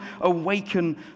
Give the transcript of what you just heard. awaken